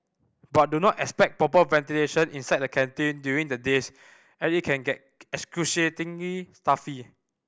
but do not expect proper ventilation inside the canteen during the days as it can get excruciatingly stuffy